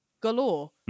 galore